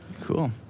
Cool